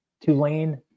Tulane